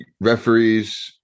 referees